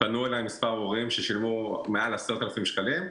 פנו אליי כמה הורים ששילמו למעלה מ-10,000 שקלים.